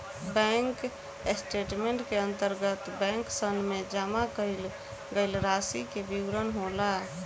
bank statement के अंतर्गत बैंकसन में जमा कईल गईल रासि के विवरण होला